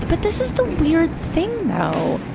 but this is the weird thing, though,